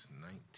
nineteen